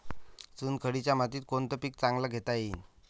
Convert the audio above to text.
चुनखडीच्या जमीनीत कोनतं पीक चांगलं घेता येईन?